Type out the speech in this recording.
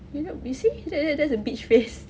you look you see that that that's the bitch face